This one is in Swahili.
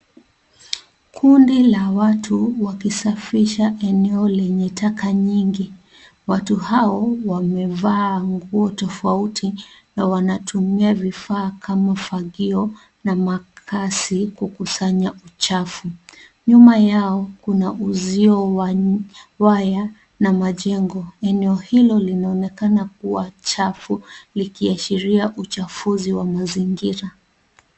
Kundi la watu wakisafisha eneo lenye taka nyingi. Watu hao wamevaa nguo tofauti na wanatumia vifaa kama fagio na makasi kukusanya uchafu. Nyuma yao kuna uzio wa waya na majengo. Eneo hilo linaloonekana kuwa chafu likiashiria uchafuzi wa mazingira.